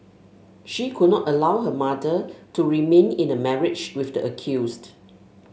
she could not allow her mother to remain in a marriage with the accused